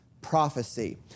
prophecy